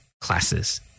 classes